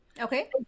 Okay